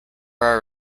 our